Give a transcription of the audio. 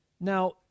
Now